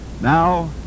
Now